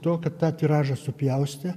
tuo kad tą tiražą supjaustė